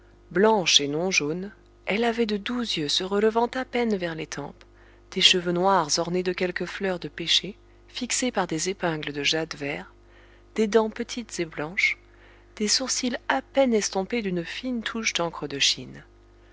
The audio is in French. blanche et non jaune elle avait de doux yeux se relevant à peine vers les tempes des cheveux noirs ornés de quelques fleurs de pêcher fixées par des épingles de jade vert des dents petites et blanches des sourcils à peine estompés d'une fine touche d'encre de chine